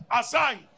Assigned